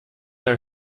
air